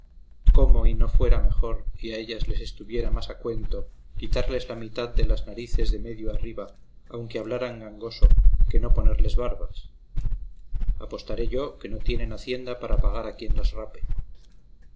cómo y no fuera mejor y a ellas les estuviera más a cuento quitarles la mitad de las narices de medio arriba aunque hablaran gangoso que no ponerles barbas apostaré yo que no tienen hacienda para pagar a quien las rape